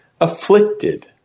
afflicted